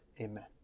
Amen